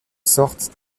sorte